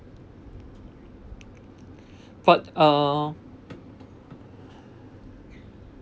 but uh